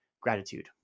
gratitude